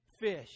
fish